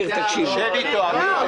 שב אתו, אמיר.